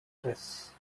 stress